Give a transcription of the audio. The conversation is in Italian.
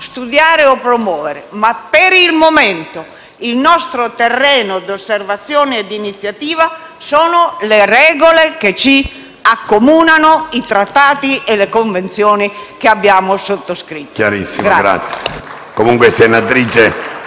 studiare o promuovere, ma per il momento, il nostro terreno di osservazione e di iniziativa sono le regole che ci accomunano, i Trattati e le Convenzioni che abbiamo sottoscritto. *(Applausi dai Gruppi*